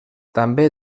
també